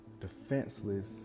defenseless